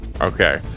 Okay